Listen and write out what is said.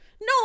no